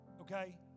okay